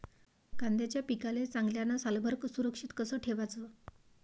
कांद्याच्या पिकाले चांगल्यानं सालभर सुरक्षित कस ठेवाचं?